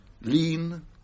lean